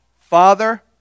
Father